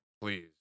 please